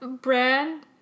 brand